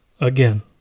again